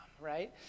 right